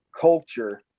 culture